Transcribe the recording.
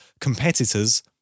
competitors